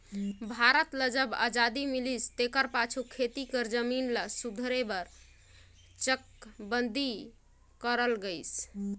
भारत ल जब अजादी मिलिस तेकर पाछू खेती कर जमीन ल सुधारे बर चकबंदी करल गइस